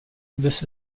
this